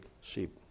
sheep